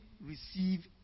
receive